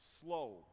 slow